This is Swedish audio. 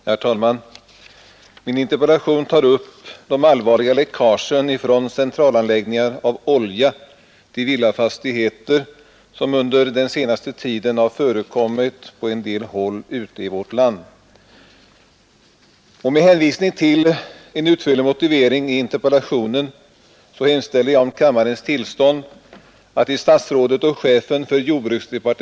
Herr talman! Den nyligen inträffade olyckan vid transport av fenol i Danmark har åstadkommit skadeverkningar som är ytterst allvarliga. Man frågar sig med all rätt, om transporter av detta slag försiggår på ett sätt, som är försvarligt ur samhällets synpunkt med hänsyn till de stora riskerna. Det kan väl förutsättas, att motsvarande transporter även förekommer i vårt land.